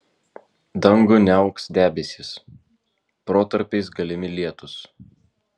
dangų niauks debesys protarpiais galimi lietūs